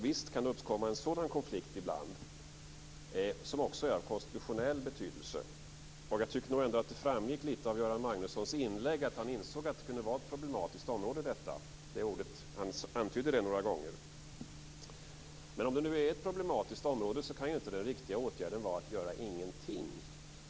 Visst kan det uppkomma en sådan konflikt ibland, som också är av konstitutionell betydelse. Det framgick av Göran Magnussons inlägg att han insåg att det kunde vara ett problematiskt område. Han använde uttrycket "problematiskt område" några gånger. Om det nu är ett problematiskt område kan inte den riktiga åtgärden vara att göra ingenting.